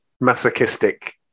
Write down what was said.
masochistic